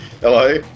Hello